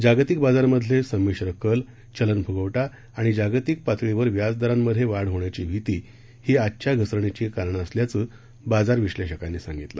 जागतिक बाजारांमधले संमिश्र कल चलन फुगवटा आणि जागतिक पातळीवर व्याजदरांमधे वाढ होण्याची भीती ही आजच्या घसरणीची कारणं असल्याचं बाजार विश्लेषकांनी सांगितलं